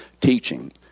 teaching